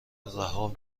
رها